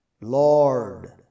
Lord